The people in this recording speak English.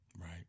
Right